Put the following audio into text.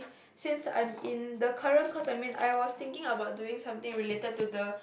since I'm in the current course I'm in I was thinking of doing something related to the